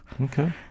okay